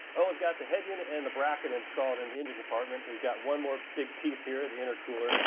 well, we've got the head unit and the bracket installed in the engine compartment. we've got one more big piece here, the intercooler,